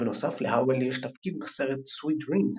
בנוסף, להאוול יש תפקיד בסרט "Sweet Dreams"